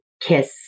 KISS